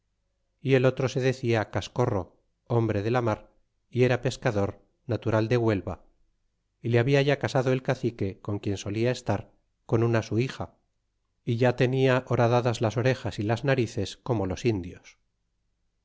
y el otro se darla cascorro hombre de la mar y era pescador natural de huelba y le habla ya casado el cacique con quien solia estar con una su hija ya tenia horadadas las orejas y las narices como los indios